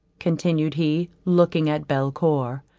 continued he, looking at belcour,